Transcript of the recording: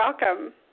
welcome